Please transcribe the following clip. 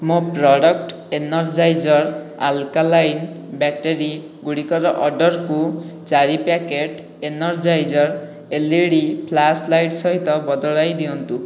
ମୋ' product Energizer alkaline battery ଗୁଡ଼ିକର ଅର୍ଡ଼ର୍କୁ ଚାରି packet Energizer LED flashlight ସହିତ ବଦଳାଇ ଦିଅନ୍ତୁ